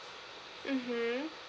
mmhmm